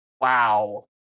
Wow